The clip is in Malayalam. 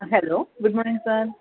ആ ഹലോ ഗുഡ് മോർണിങ് സാർ